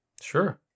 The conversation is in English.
Sure